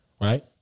Right